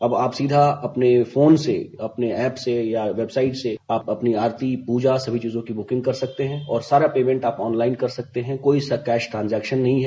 अब आप सीधा अपने फोन से अपने एप से या वेबसाइट से आप अपने आरती पूजा सभी चीजों की बुकिंग कर सकते है और सारा पेमेन्ट आप ऑन लाइन कर सकते है कोई इसका कैश ट्रांजेक्शन नहीं है